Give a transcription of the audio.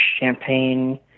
champagne